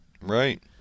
right